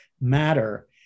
matter